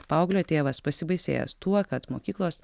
paauglio tėvas pasibaisėjęs tuo kad mokyklos